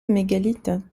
mégalithe